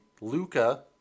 Luca